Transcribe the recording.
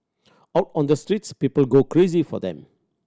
out on the streets people go crazy for them